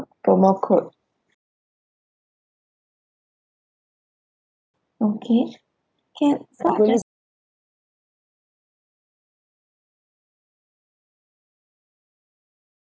promo code okay can so I'll just